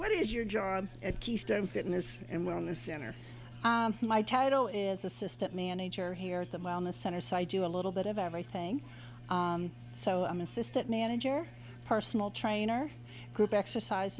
what is your job at keystone fitness and wellness center my title is assistant manager here at the the center so i do a little bit of everything so i'm assistant manager personal trainer group exercise